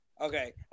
Okay